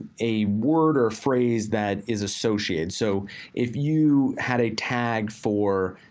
a word or phrase that is associated. so if you had a tag for,